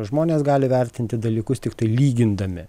žmonės gali vertinti dalykus tiktai lygindami